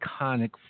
iconic